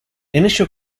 initial